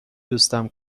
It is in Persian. دوستم